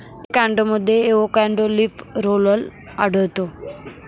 एवोकॅडोमध्ये avocado leaf roller आढळतो